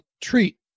treat